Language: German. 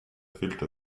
filter